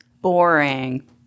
Boring